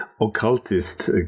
occultist